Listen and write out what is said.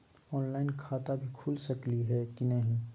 Online खाता भी खुल सकली है कि नही?